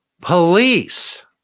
Police